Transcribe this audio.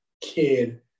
kid